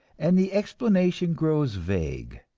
and the explanation grows vague.